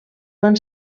van